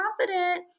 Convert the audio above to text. confident